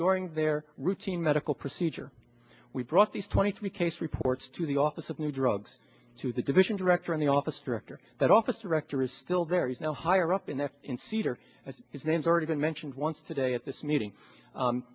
during their routine medical procedure we brought these twenty three case reports to the office of new drugs to the division director in the office director that office director is still there is no higher up in there in cedar and his name is already been mentioned once today at this meeting